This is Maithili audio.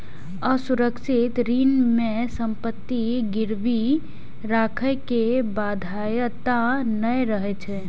असुरक्षित ऋण मे संपत्ति गिरवी राखै के बाध्यता नै रहै छै